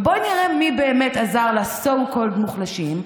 ובואי נראה מי באמת עזר ל-so called מוחלשים,